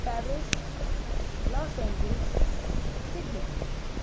Paris Los Angeles Sydney